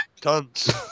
Tons